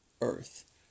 earth